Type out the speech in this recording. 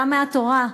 גם מהתורה,